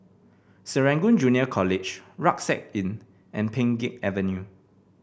Serangoon Junior College Rucksack Inn and Pheng Geck Avenue